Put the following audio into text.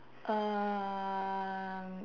um